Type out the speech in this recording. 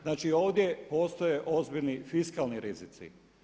Znači ovdje postoje ozbiljni fiskalni rizici.